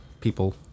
people